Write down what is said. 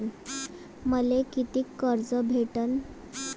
मले कितीक कर्ज भेटन?